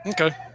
Okay